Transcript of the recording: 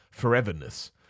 foreverness